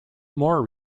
more